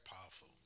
powerful